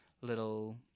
little